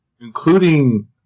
Including